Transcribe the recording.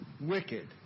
wicked